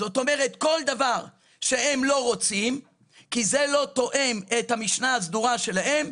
זאת אומרת כל דבר שהם לא רוצים כי זה לא תואם את המשנה הסדורה שלהם,